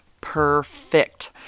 perfect